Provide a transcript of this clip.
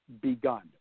begun